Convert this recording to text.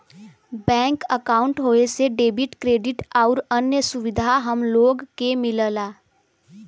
bank अंकाउट होये से डेबिट, क्रेडिट आउर अन्य सुविधा हम लोग के मिलला